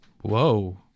Whoa